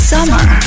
Summer